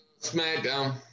SmackDown